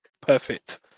perfect